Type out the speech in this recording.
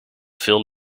veel